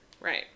Right